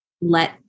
let